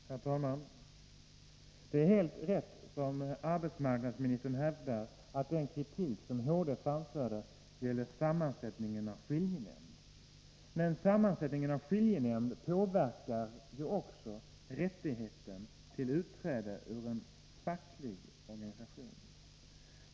Herr talman! Det är helt riktigt, som arbetsmarknadsministern hävdar, att den kritik som HD framförde gällde sammansättningen av skiljenämnd. Men sammansättningen av skiljenämnd påverkar ju också rättigheten till utträde ur en facklig organisation.